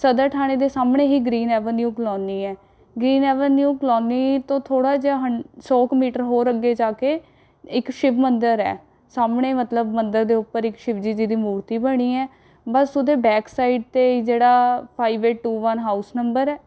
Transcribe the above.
ਸਦਰ ਥਾਣੇ ਦੇ ਸਾਹਮਣੇ ਹੀ ਗ੍ਰੀਨ ਏਵਨਿਊ ਕਲੋਨੀ ਹੈ ਗ੍ਰੀਨ ਏਵਨਿਊ ਕਲੋਨੀ ਤੋਂ ਥੋੜ੍ਹਾ ਜਿਹਾ ਹੰ ਸੌ ਕੁ ਮੀਟਰ ਹੋਰ ਅੱਗੇ ਜਾ ਕੇ ਇੱਕ ਸ਼ਿਵ ਮੰਦਰ ਹੈ ਸਾਹਮਣੇ ਮਤਲਬ ਮੰਦਰ ਦੇ ਉੱਪਰ ਇੱਕ ਸ਼ਿਵ ਜੀ ਦੀ ਮੂਰਤੀ ਬਣੀ ਹੈ ਬਸ ਉਹਦੇ ਬੈਕ ਸਾਈਡ 'ਤੇ ਜਿਹੜਾ five eight two one house number ਹੈ